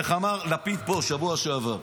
איך אמר לפיד פה בשבוע שעבר?